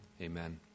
Amen